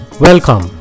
Welcome